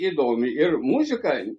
įdomi ir muzika